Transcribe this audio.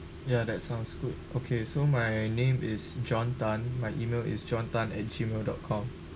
yeah that sounds good okay so my name is john Tan my email is john Tan at gmail dot com